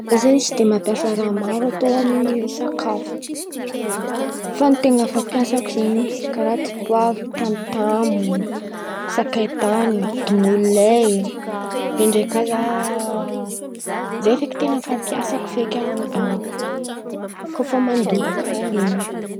Zah zen̈y tsy de mampiasa raha maro atao amin̈'ny sakafo fa ten̈a fampiasako zen̈y karà: dipoavra, tamotamo, sakay tany, dongololay ndraindray kà zah. Zay feky ten̈a fampiasako zah koa fa mandoky karà in̈y.S